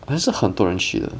还是很多人去的